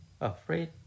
afraid